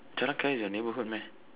Jalan-Kayu is your neighbourhood meh